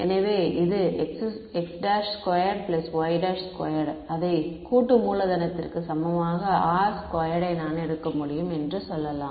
எனவே இது x′2y′2 அதை கூட்டு மூலதனத்திற்கு சமமாக R ஸ்கொயர்டு யை நான் எடுக்க முடியும் என்று சொல்லலாம்